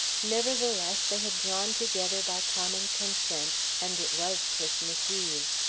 nevertheless, they had drawn together by common consent, and it was christmas eve.